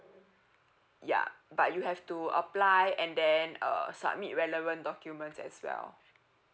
ya but you have to apply and then uh submit relevant documents as well